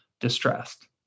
distressed